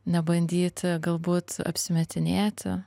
nebandyti galbūt apsimetinėti